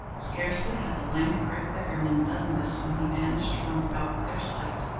scarcely had the lank, grey beggarman done this when he vanished from out their sight,